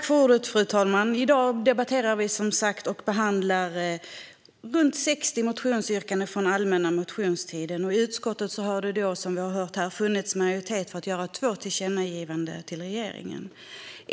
Fru talman! I dag debatterar vi som sagt behandlingen av runt 60 motionsyrkanden från allmänna motionstiden. I utskottet har det, vilket vi har hört, funnits majoritet för att göra två tillkännagivanden till regeringen.